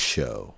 Show